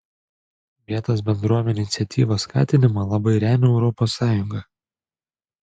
vietos bendruomenių iniciatyvos skatinimą labai remia europos sąjunga